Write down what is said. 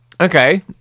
Okay